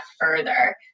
further